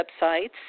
websites